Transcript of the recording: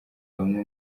bamwe